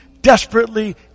desperately